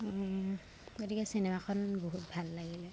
গতিকে চিনেমাখন বহুত ভাল লাগিলে